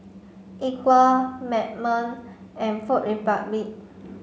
Equal Magnum and Food Republic